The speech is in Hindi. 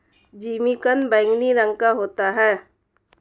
जिमीकंद बैंगनी रंग का होता है